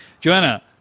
Joanna